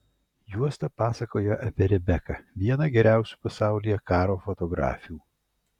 juosta pasakoja apie rebeką vieną geriausių pasaulyje karo fotografių